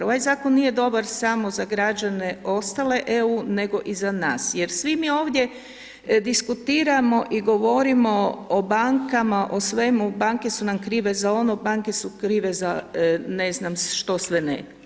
Ovaj zakon nije dobar samo za građane ostale EU, nego i za nas jer svi mi ovdje diskutiramo i govorimo o bankama, o svemu, banke su nam krive za ono, banke su krive za ne znam što sve ne.